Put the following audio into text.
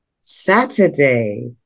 Saturday